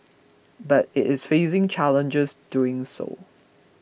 but it is facing challenges doing so